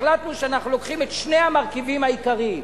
החלטנו שאנחנו לוקחים את שני המרכיבים העיקריים,